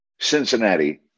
Cincinnati